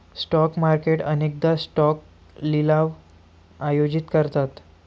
stock market अनेकदा stock लिलाव आयोजित करतात